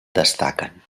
destaquen